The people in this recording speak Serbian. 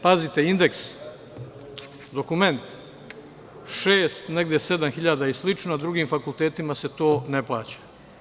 Pazite, indeks, dokument, 6.000, negde 7.000 i slično, drugim fakultetima se to ne plaća.